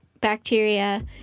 bacteria